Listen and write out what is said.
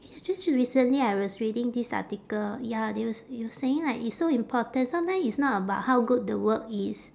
eh actu~ actually recently I was reading this article ya they were s~ it was saying like it's so important sometime it's not about how good the work is